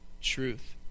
truth